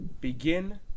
begin